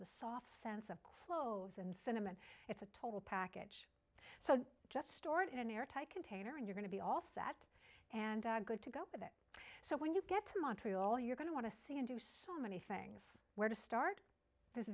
the soft sense of cloves and cinnamon it's a total package so just store it in an airtight container and you going to be all set and good to go with it so when you get to montreal you're going to want to see and do so many things where to start this